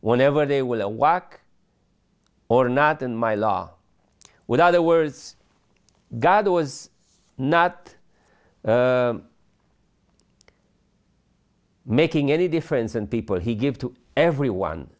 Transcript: whenever they will walk or not and my law with other words god was not making any difference and people he give to every one